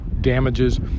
damages